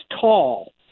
tall